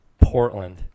Portland